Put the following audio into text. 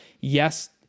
yes